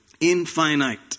Infinite